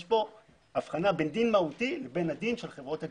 יש פה הבחנה בין דין מהותי לבין דינן של חברות הגבייה.